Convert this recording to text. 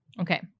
Okay